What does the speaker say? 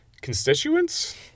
Constituents